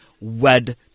wed